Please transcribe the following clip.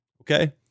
okay